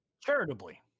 Charitably